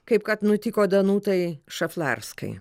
kaip kad nutiko danutai šaflarskai